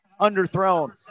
underthrown